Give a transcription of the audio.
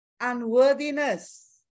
unworthiness